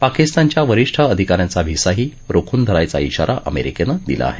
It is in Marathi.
पाकिस्तानच्या वरिष्ठ अधिकाऱ्यांचा व्हिसाही रोखून धरायचा इशारा अमेरिकेनं दिला आहे